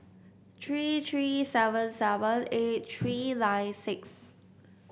three three seven seven eight three nine six